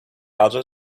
other